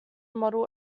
model